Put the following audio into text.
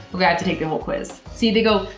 okay, i have to take the whole quiz. see they go,